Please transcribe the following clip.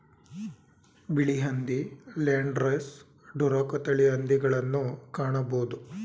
ಬಿಳಿ ಹಂದಿ, Landrace, Duroc ತಳಿಯ ಹಂದಿಗಳನ್ನು ಕಾಣಬೋದು